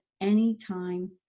anytime